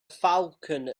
falcon